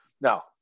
Now